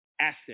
asset